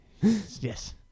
Yes